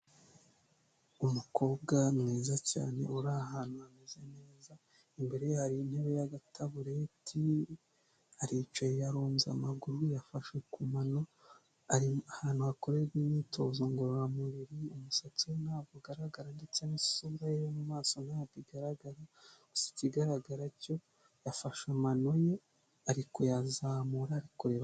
Umukobwa mwiza cyane, uri ahantu hameze neza, imbere ye hari intebe y'agatabureti, aricaye, yarunze amaguru, yafashe ku mano, ari ahantu hakorerwa imyitozo ngororamubiri, umusatsi we ntabwo ugaragara ndetse n'isura ye yo mu maso ntabwo igaragara, gusa ikigaragara cyo yafashe amano ye, ari kuyazamura, arikureba